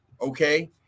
Okay